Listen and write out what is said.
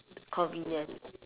convenient